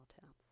towns